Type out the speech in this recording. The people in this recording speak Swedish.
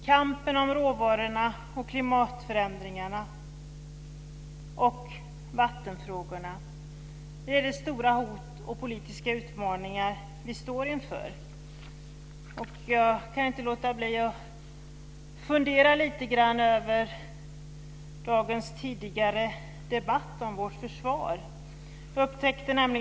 Kampen om råvarorna är, liksom klimatförändringarna och vattenfrågorna, de stora hot och politiska utmaningar som vi står inför. Jag kan inte låta bli att lite grann fundera över den tidigare debatten i dag om vårt försvar.